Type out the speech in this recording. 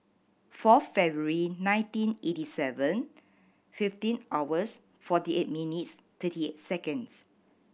four February nineteen eighty seven fifteen hours forty eight minutes thirty eight seconds